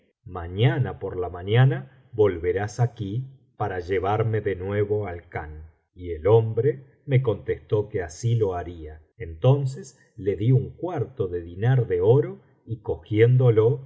mañana por la mañana volverás aquí para llevarme de nuevo al khan y el hombre me contestó que así lo haría entonces le di un cuarto de diñar de oro y cogiéndolo se lo